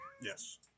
Yes